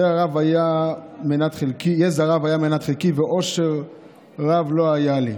יזע רב היה מנת חלקי, ואושר רב לא היה לי.